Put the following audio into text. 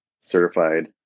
certified